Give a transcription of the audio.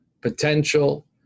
potential